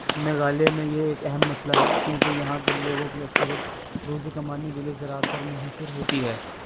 میگھالیہ میں یہ ایک اہم مسئلہ ہے کیونکہ یہاں کے لوگوں کی اکثریت روزی کمانے کے لیے زراعت پر منحصر ہوتی ہے